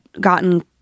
gotten